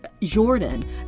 Jordan